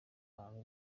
bantu